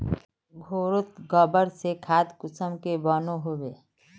घोरोत गबर से खाद कुंसम के बनो होबे?